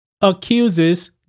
Accuses